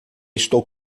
estou